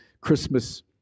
Christmas